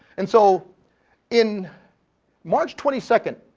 and so in march twenty second,